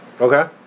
Okay